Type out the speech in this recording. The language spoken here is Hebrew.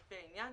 לפי העניין,